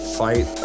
fight